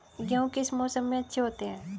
गेहूँ किस मौसम में अच्छे होते हैं?